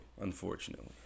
Unfortunately